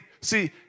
See